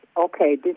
Okay